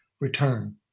return